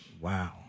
Wow